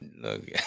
Look